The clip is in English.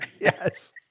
Yes